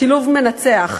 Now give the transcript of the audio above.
שילוב מנצח,